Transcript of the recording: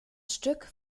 stück